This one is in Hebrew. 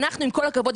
עם כל הכבוד,